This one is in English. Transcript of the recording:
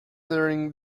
during